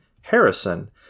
Harrison